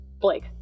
Blake